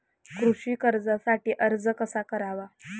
कृषी कर्जासाठी अर्ज कसा करावा?